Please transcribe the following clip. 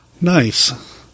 Nice